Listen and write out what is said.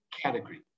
category